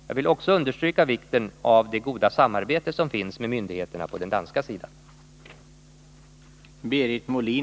Jag vill också understryka vikten av det goda samarbete som finns med myndigheterna på den danska sidan.